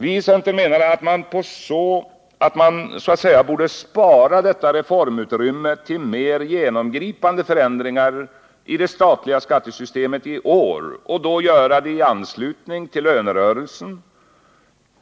Vi i centern menade att man så att säga borde spara detta reformutrymme till mer genomgripande förändringar i det statliga skattesystemet i år och då göra det i anslutning till lönerörelsen.